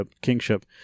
kingship